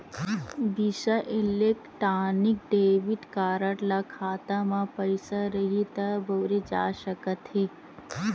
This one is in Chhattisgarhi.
बिसा इलेक्टानिक डेबिट कारड ल खाता म पइसा रइही त बउरे जा सकत हे